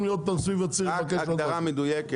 לי עוד פעם סביב הציר לבקש עוד זמן,